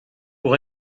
pour